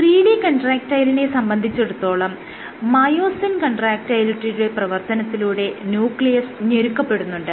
3D കൺട്രാക്ടയിലിനെ സംബന്ധിച്ചിടത്തോളം myosin കൺട്രാക്ടയിലിറ്റിയുടെ പ്രവർത്തനത്തിലൂടെ ന്യൂക്ലിയസ് ഞെരുക്കപ്പെടുന്നുണ്ട്